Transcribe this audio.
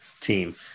team